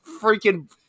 freaking